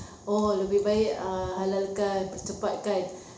oh lebih baik err halalkan percepatkan